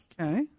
Okay